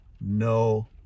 no